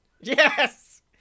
yes